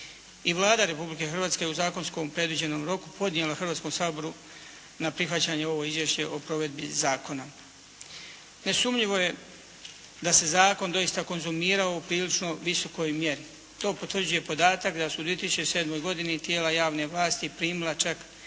I Vlada Republike Hrvatske je u zakonskom predviđenom roku podnijela Hrvatskom saboru na prihvaćanje ovo izvješće o provedbi zakona. Nesumnjivo je da se zakon doista konzumirao u prilično visokoj mjeri. To potvrđuje podatak da su u 2007. godini tijela javne vlasti primila čak